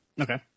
Okay